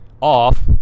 off